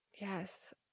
Yes